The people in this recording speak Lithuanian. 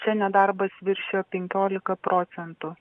čia nedarbas viršijo penkioliką procentų